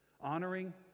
Honoring